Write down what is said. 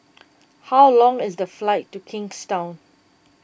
how long is the flight to Kingstown